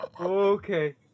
Okay